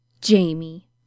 Jamie